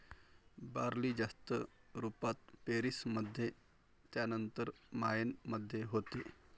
barley जास्त रुपात पेरीस मध्ये त्यानंतर मायेन मध्ये होते